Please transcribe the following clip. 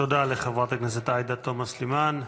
תודה לחברת הכנסת עאידה תומא סלימאן,